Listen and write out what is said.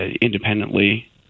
independently